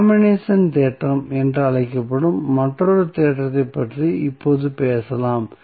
compensation தேற்றம் என்று அழைக்கப்படும் மற்றொரு தேற்றத்தைப் பற்றி இப்போது பேசலாம்